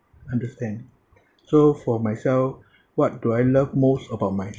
understand so for myself what do I love most about myself